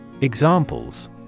Examples